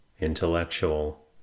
intellectual